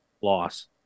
Loss